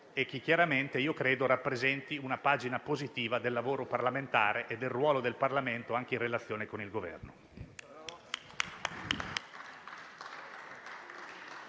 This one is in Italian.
nazionale, che credo rappresenti una pagina positiva del lavoro parlamentare e del ruolo del Parlamento anche in relazione al Governo.